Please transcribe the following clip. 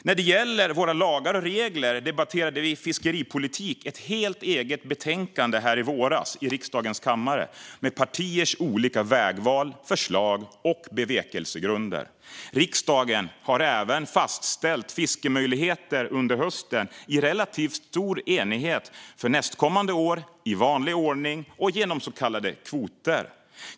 När det gäller våra lagar och regler debatterade vi fiskeripolitik i ett helt eget betänkande i våras här i riksdagens kammare med partiers olika vägval, förslag och bevekelsegrunder. Riksdagen har även under hösten fastställt fiskemöjligheter i relativt stor enighet för nästkommande år, i vanlig ordning och genom så kallade kvoter.